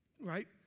right